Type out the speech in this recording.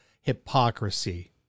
hypocrisy